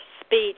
speech